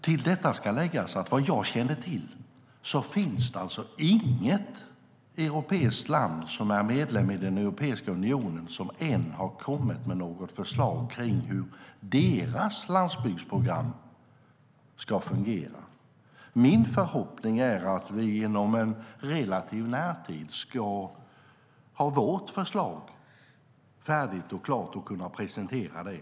Till detta ska läggas att det vad jag känner till inte finns något land som är medlem i Europeiska unionen som ännu har kommit med något förslag om hur deras landsbygdsprogram ska fungera. Min förhoppning är att vi inom en relativ närtid ska ha vårt förslag färdigt och klart och kunna presentera det.